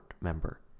member